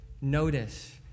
notice